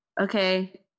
okay